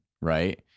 right